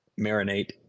marinate